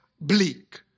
bleak